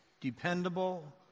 dependable